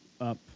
up